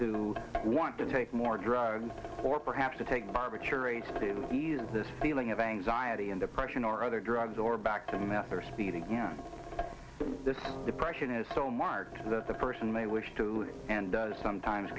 to want to take more drugs or perhaps to take barbiturates to ease this feeling of anxiety and depression or other drugs or back then that their speed again depression is so marked that the person may wish to and sometimes